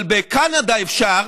אבל בקנדה אפשר,